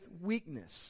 weakness